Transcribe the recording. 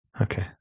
Okay